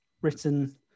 written